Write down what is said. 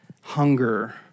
hunger